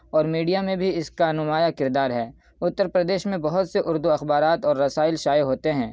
اور میڈیا میں بھی اس کا نمایاں کردار ہے اتّر پردیش میں بہت سے اردو اخبارات اور رسائل شائع ہوتے ہیں